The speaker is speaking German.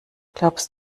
glaubst